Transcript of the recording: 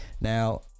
now